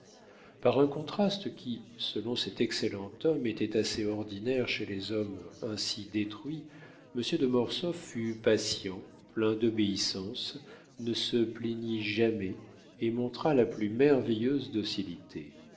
par un contraste qui selon cet excellent homme était assez ordinaire chez les hommes ainsi détruits monsieur de mortsauf fut patient plein d'obéissance ne se plaignit jamais et montra la plus merveilleuse docilité